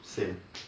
same